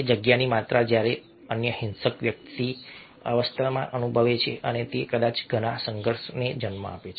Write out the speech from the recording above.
જગ્યાની માત્રા જ્યારે અન્ય હિંસક વ્યક્તિ અસ્વસ્થતા અનુભવે છે અને તે કદાચ ઘણા સંઘર્ષને જન્મ આપે છે